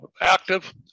active